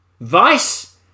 Vice